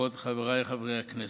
כבוד חבריי חברי הכנסת,